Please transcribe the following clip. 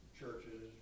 churches